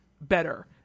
better